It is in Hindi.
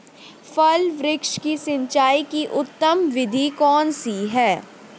फल वृक्ष की सिंचाई की उत्तम विधि कौन सी है?